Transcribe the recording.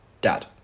dad